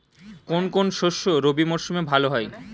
কোন কোন শস্য রবি মরশুমে ভালো হয়?